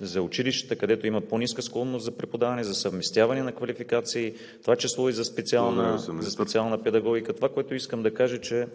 за училищата, където има по-ниска склонност за преподаване, за съвместяване на квалификации, в това число и за специална педагогика. ПРЕДСЕДАТЕЛ ВАЛЕРИ